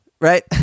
right